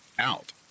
Out